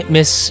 Miss